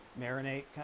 Marinate